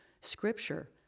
Scripture